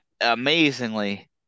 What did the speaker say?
amazingly